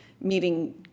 meeting